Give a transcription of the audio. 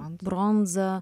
ant bronza